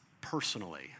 personally